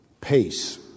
pace